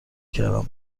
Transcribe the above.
کردم